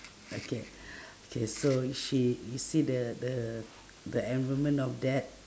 okay okay so she you see the the the environment of that